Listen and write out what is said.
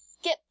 skip